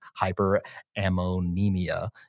hyperammonemia